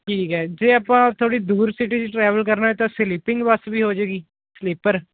ਠੀਕ ਹੈ ਜੇ ਆਪਾਂ ਥੋੜ੍ਹੀ ਦੂਰ ਸੀਟੀ 'ਚ ਟਰੈਵਲ ਕਰਨਾ ਤਾਂ ਸਲੀਪਿੰਗ ਬੱਸ ਵੀ ਹੋ ਜੇਗੀ ਸਲੀਪਰ